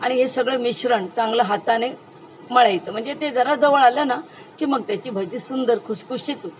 आणि हे सगळं मिश्रण चांगलं हाताने मळायचं म्हणजे ते जरा जवळ आलं ना की मग त्याची भजी सुंदर खुसखुशीत होतात